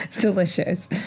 delicious